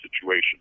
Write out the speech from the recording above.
situation